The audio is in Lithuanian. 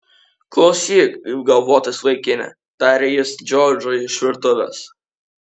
klausyk galvotas vaikine tarė jis džordžui iš virtuvės